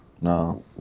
No